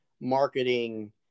marketing